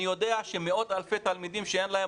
אני יודע שמאות אלפי תלמידים שאין להם